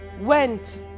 went